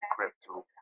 Crypto